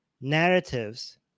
narratives